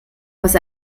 was